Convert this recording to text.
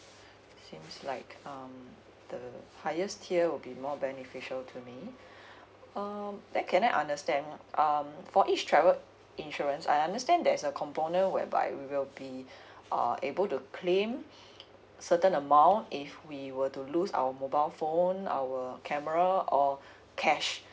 seems like um the highest tier will be more beneficial to me um then can I understand um for each travel insurance I understand there's a component whereby we will be uh able to claim certain amount if we were to lose our mobile phone our camera or cash